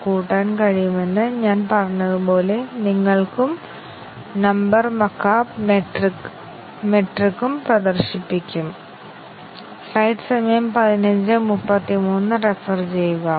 ഇതാണ് മുഴുവൻ കോമ്പൌണ്ട് അവസ്ഥയും ടെസ്റ്റ് കേസുകൾ ഈ ബ്രാഞ്ച് കണ്ടിഷൻ ശരിയും തെറ്റായ മൂല്യവും വിലയിരുത്തുന്നുവെന്ന് ഉറപ്പാക്കണം ഇത് തീർച്ചയായും ബ്രാഞ്ച് കവറേജിന് തുല്യമാണ്